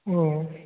ஓ